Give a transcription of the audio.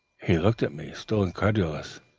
he looked at me, still incredulous,